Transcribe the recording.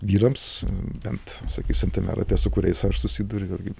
vyrams bent sakysim tame rate su kuriais aš susiduriu vėlgi